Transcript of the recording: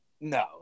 No